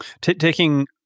taking